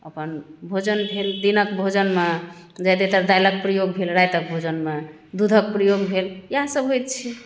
अपन भोजन भेल दिनक भोजनमे ज्यादेतर दालिक प्रयोग भेल रातिक भोजनमे दूधक प्रयोग भेल इएह सभ होइत छै